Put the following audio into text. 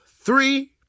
three